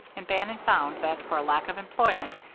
and bannon found that, for lack of employment,